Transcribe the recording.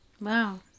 Wow